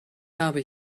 habe